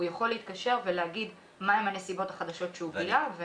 הוא יכול להתקשר ולומר מה הן הנסיבות החדשות שהוא גילה.